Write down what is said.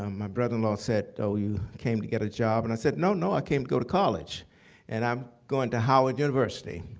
um my brother-in-law said, oh, you came to get a job. and i said, no, no. i came to go to college and i'm going to howard university.